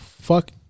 fuck